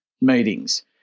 meetings